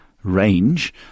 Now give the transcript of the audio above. Range